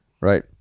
right